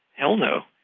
hell no.